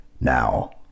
Now